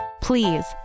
Please